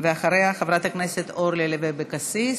אחריה, חברת הכנסת אורלי לוי אבקסיס,